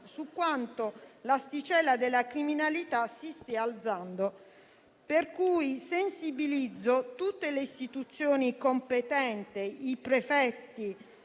su quanto l'asticella della criminalità si stia alzando. Sensibilizzo, pertanto, tutte le istituzioni competenti, i prefetti